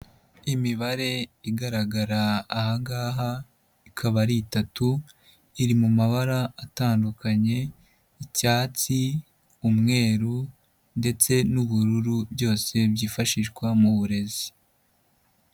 Imibare igaragara aha ngaha ikaba ari itatu iri mu mabara atandukanye icyatsi, umweru, ndetse n'ubururu byose byifashishwa mu burezi.